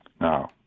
Now